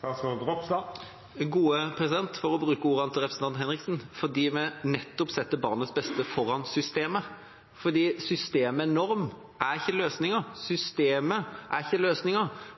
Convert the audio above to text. For å bruke ordene til representanten Henriksen: Det er fordi vi setter barnets beste foran systemet. Systemet med en norm er ikke løsningen, systemet er ikke